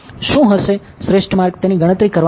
શું હશે શ્રેષ્ઠ માર્ગ તેની ગણતરી કરવા માટે